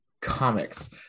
comics